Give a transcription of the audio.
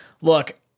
Look